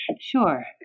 Sure